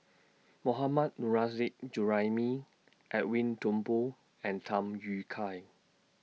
Mohammad Nurrasyid Juraimi Edwin Thumboo and Tham Yui Kai